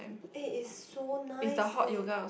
eh is so nice leh